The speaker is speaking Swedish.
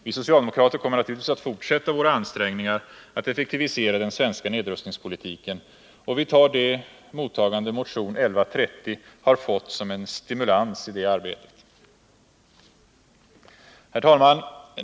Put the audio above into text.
Vi socialdemokrater kommer naturligtvis att fortsätta våra ansträngningar att effektivisera den svenska nedrustningspolitiken, och vi tar det mottagande motion 1130 har fått som en stimulans i det arbetet.